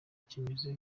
kimeze